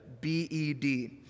b-e-d